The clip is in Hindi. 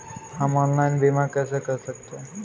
हम ऑनलाइन बीमा कैसे कर सकते हैं?